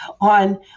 on